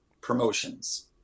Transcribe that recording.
promotions